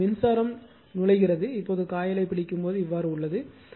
இப்போது மின்சாரம் நுழைவு இப்போது காயிலைப் பிடிக்கும் போது இவ்வாறு உள்ளது